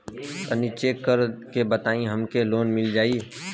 तनि चेक कर के बताई हम के लोन मिल जाई?